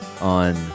on